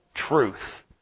truth